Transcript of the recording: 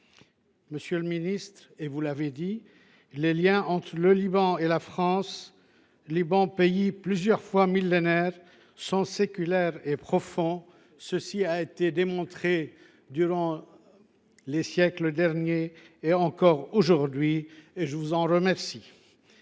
Monsieur le ministre, vous l’avez dit, les liens entre la France et le Liban, pays plusieurs fois millénaire, sont séculaires et profonds. Cela a été démontré durant les siècles passés et l’est encore aujourd’hui ; je vous en remercie.